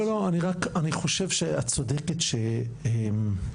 לא, אני חושב שאת צודקת שלפעמים,